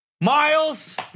Miles